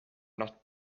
not